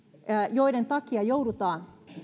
joiden takia joudutaan